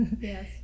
yes